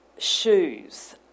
Shoes